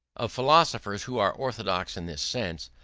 of philosophers who are orthodox in this sense,